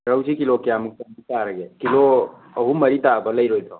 ꯔꯧꯁꯤ kilo ꯀꯌꯥꯃꯨꯛꯀ ꯇꯥꯔꯒꯦ kilo ꯑꯍꯨꯝ ꯃꯔꯤ ꯇꯥꯕ ꯂꯩꯔꯣꯏꯗ꯭ꯔꯣ